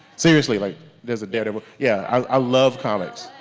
seriously like there's a dare devil. yeah, i love comics.